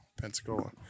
Pensacola